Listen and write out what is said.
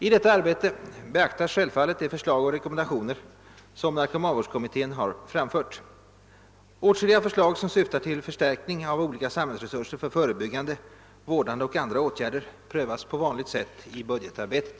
I detta arbete beaktas självfallet de förslag och rekommendationer som narkomanvårdskommittén framfört. Åtskilliga förslag som syftar till förstärkning av olika samhällsresurser för förebyggande, vårdande och andra åtgärder prövas på vanligt sätt i budgetarbetet.